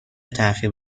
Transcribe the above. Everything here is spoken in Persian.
تاخیر